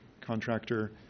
contractor